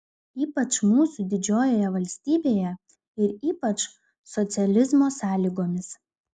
ypač mūsų didžiojoje valstybėje ir ypač socializmo sąlygomis